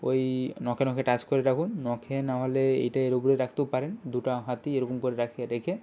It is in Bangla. ওই নখে নখে টাচ করে রাখুন নখে না হলে এইটা এর উপরে রাখতেও পারেন দুটো হাতই এরকম করে রাখে রেখে